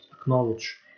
acknowledge